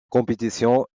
compétition